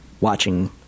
watching